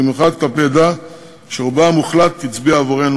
במיוחד כלפי עדה שרובה המוחלט הצביע עבורנו,